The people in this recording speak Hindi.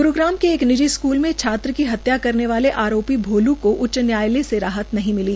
ग्रूग्राम के एक निजी स्कूल में छात्र की हत्या करने वाले आरोपी भोलू को हाई कोर्ट से राहत नही मिली